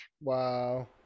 Wow